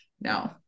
No